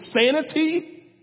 sanity